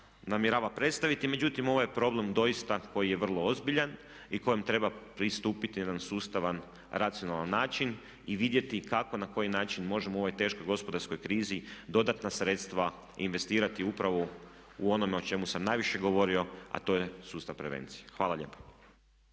namjerava predstaviti. Međutim, ovo je problem doista koji je vrlo ozbiljan i kojem treba pristupiti na jedan sustavan, racionalan način i vidjeti kako, na koji način možemo u ovoj teškoj gospodarskoj krizi dodatna sredstva investirati upravo u onome o čemu sam najviše govorio a to je sustav prevencije. Hvala lijepa.